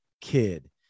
kid